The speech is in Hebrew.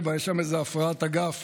ומ-1997, יש שם איזה הפרעת אגף